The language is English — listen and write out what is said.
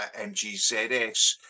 MGZS